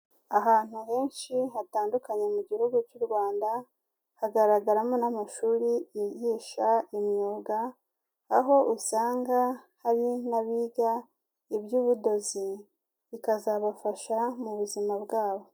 Ahantu henshi hatandukanye mu gihugu cy'u Rwanda, hagaragaramo n'amashuri yigisha imyuga, aho usanga hari n'abiga iby'ubudozi, bikazabafasha mu buzima bwabo.